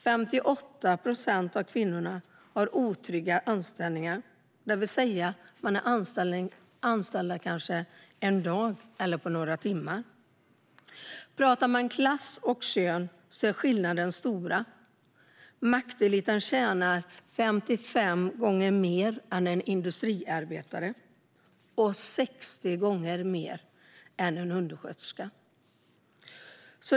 58 procent av kvinnorna har otrygga anställningar, det vill säga är anställda kanske för en dag eller några timmar. Pratar man klass och kön är skillnaderna stora: Makteliten tjänar 55 gånger mer än en industriarbetare och 60 gånger mer än en undersköterska.